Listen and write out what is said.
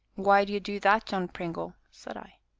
why do you do that, john pringle? said i.